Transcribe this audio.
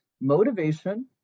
Motivation